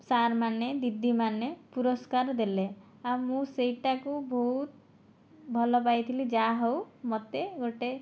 ସାର୍ମାନେ ଦିଦିମାନେ ପୁରସ୍କାର ଦେଲେ ଆଉ ମୁଁ ସେଇଟାକୁ ବହୁତ ଭଲ ପାଇଥିଲି ଯାହା ହେଉ ମୋତେ ଗୋଟିଏ